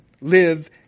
Live